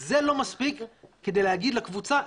זה לא מספיק כדי להגיד לקבוצה,